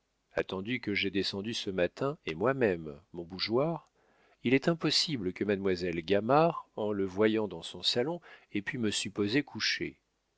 attendu que j'ai descendu ce matin et moi-même mon bougeoir il est impossible que mademoiselle gamard en le voyant dans son salon ait pu me supposer couché